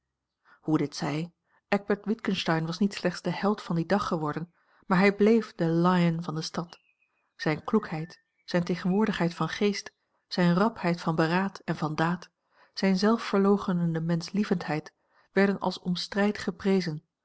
hoe dit zij eckbert witgensteyn was niet slechts de held van dien dag geworden maar hij bleef de lion van de stad zijne kloekheid zijne tegenwoordigheid van geest zijne rapheid van beraad en van daad zijne zelfverloochenende menschlievendheid werden als om strijd geprezen